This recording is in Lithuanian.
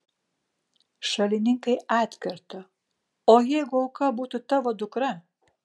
šalininkai atkerta o jeigu auka būtų tavo dukra